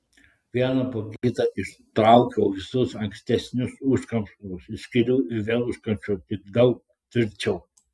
vieną po kito ištraukiau visus ankstesnius užkamšalus iš skylių ir vėl užkamšiau tik daug tvirčiau